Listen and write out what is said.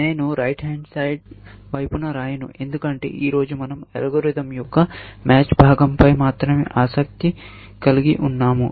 నేను right hand side వైపున వ్రాయను ఎందుకంటే ఈ రోజు మనం అల్గోరిథం యొక్క మ్యాచ్ భాగంపై మాత్రమే ఆసక్తి కలిగి ఉన్నాము